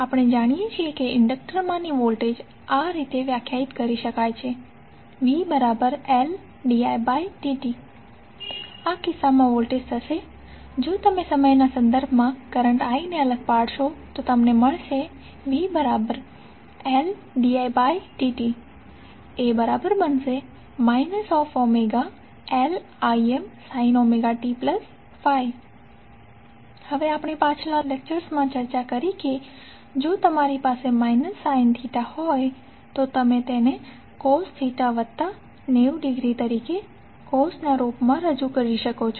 આપણે જાણીએ છીએ કે ઇન્ડક્ટરમાંની વોલ્ટેજ આ રીતે વ્યાખ્યાયિત કરી શકાય છે vLdidt આ કિસ્સામાં વોલ્ટેજ થશે જો તમે સમયના સંદર્ભમાં કરંટ i ને અલગ પાડશો તો તમને મળશે vLdidt ωLImsin ωt∅ હવે આપણે પાછલા કેટલાક લેક્ચર્સની ચર્ચા કરી કે જો તમારી પાસે માઇનસ sine થિટા છે તો તમે તેને cos થેટા વત્તા 90 ડિગ્રી તરીકે cos ના રૂપમાં રજૂ કરી શકો છો